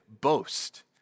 boast